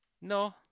No